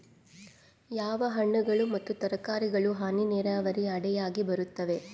ಯಾವ ಹಣ್ಣುಗಳು ಮತ್ತು ತರಕಾರಿಗಳು ಹನಿ ನೇರಾವರಿ ಅಡಿಯಾಗ ಬರುತ್ತವೆ?